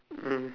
mm